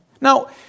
Now